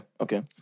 Okay